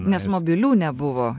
nes mobilių nebuvo